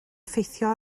effeithio